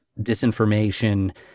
disinformation